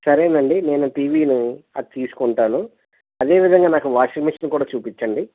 సరేనండి నేను టీవీను అది తీసుకుంటాను అదేవిధంగా నాకు వాషింగ్ మిషన్ కూడా చూపించండి